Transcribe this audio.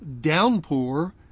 downpour